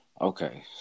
Okay